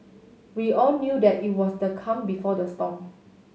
we all knew that it was the calm before the storm